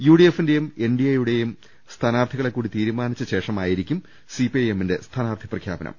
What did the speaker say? U D എഫിന്റെയും N D എയുടെയും സ്ഥാനാർത്ഥികളെ കൂടി തീരുമാനി ച്ചശേഷമായിരിക്കും സി പി ഐ എമ്മിന്റെ സ്ഥാനാർത്ഥി പ്രഖ്യാപനം